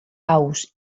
aus